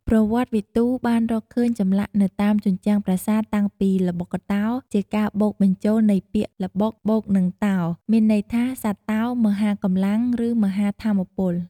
ប្រវត្តិវិទូបានរកឃើញចម្លាក់នៅតាមជញ្ជាំងប្រាសាទតាំងពីល្បុក្កតោ ជាការបូកបញ្ចូលនៃពាក្យ «ល្បុក» បូកនឹង «តោ» មានន័យថាសត្វតោមហាកម្លាំង ឬមហាថាមពល។